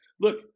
Look